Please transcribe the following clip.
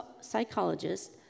psychologist